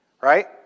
right